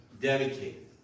dedicated